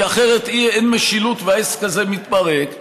כי אחרת אין משילות והעסק הזה מתפרק.